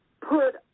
put